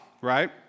right